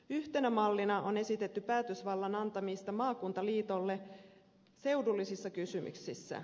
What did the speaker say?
yhtenä mallina on esitetty päätösvallan antamista maakuntaliitolle seudullisissa kysymyksissä